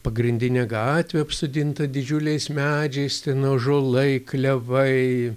pagrindinė gatvė apsodinta didžiuliais medžiais ten ąžuolai klevai